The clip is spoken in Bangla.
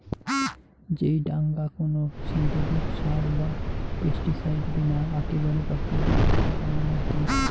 যেই ডাঙা কোনো সিনথেটিক সার বা পেস্টিসাইড বিনা আকেবারে প্রাকৃতিক ভাবে বানানো হই